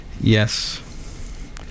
Yes